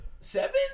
Seven